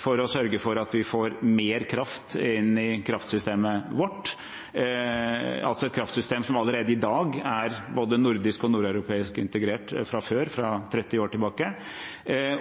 for å sørge for at vi får mer kraft inn i kraftsystemet vårt – altså et kraftsystem som allerede i dag er både nordisk og nordeuropeisk integrert fra før, fra 30 år tilbake –